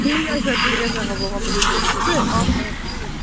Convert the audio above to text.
ঠিক আছে ঠিক আছে হ'ব মই বুকিং কৰি দিছোঁ দেই অঁ অঁ ঠিক